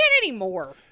anymore